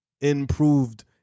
improved